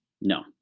No